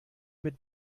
mit